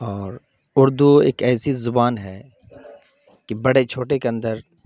اور اردو ایک ایسی زبان ہے کہ بڑے چھوٹے کے اندر